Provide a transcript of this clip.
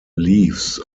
leaves